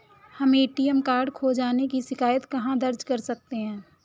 हम ATM card खो जाने की शिकायत कहाँ दर्ज कर सकते हैं?